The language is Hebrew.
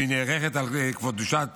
והיא נערכת על קדושת